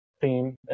theme